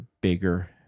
bigger